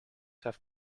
have